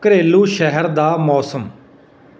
ਘਰੇਲੂ ਸ਼ਹਿਰ ਦਾ ਮੌਸਮ